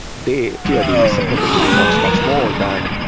they clearly supported the reforms much more than,